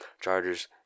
Chargers